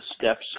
steps